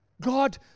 God